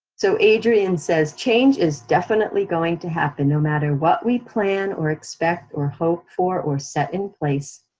so adrienne says, change is definitely going to happen no matter what we plan, or expect, or hope for or set in place,